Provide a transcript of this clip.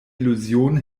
illusion